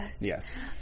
Yes